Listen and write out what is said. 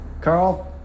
Carl